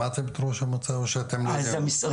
שמעתם את ראש המועצה או שאתם --- כן,